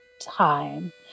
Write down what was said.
time